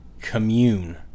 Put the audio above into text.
commune